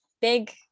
big